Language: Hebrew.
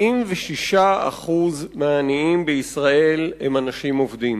46% מהעניים בישראל הם אנשים עובדים.